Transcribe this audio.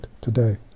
today